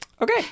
Okay